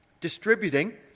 Distributing